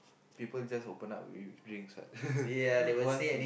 people just open up to you with drinks